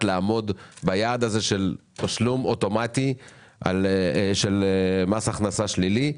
לעמוד ביעד הזה של תשלום אוטומטי של מס הכנסה שלילי.